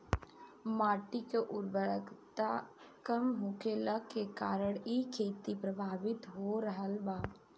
माटी के उर्वरता कम होखला के कारण इ खेती प्रभावित हो रहल बा